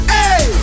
Hey